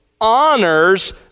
honors